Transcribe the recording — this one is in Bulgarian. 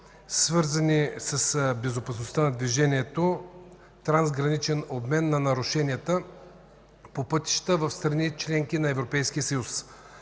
свързания с безопасността на движението трансграничен обмен на нарушенията по пътищата в страните – членки на Европейския съюз.